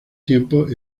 tiempos